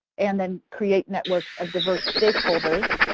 and then create networks of diverse stakeholders.